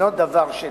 אינו דבר של